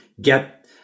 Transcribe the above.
get